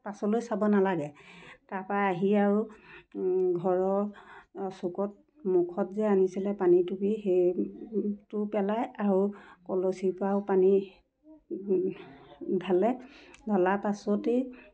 পাছলৈ চাব নালাগে তাপা আহি আৰু ঘৰৰ চুকত মুখত যে আনিছিলে পানীটুপি সেইটো পেলায় আৰু কলচীৰ পৰাও পানী ঢালে ঢলা পাছতেই